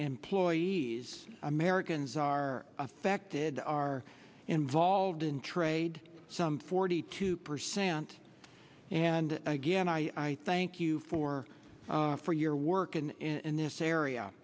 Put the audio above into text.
employees americans are affected are involved in trade some forty two percent and again i thank you for for your work and in this area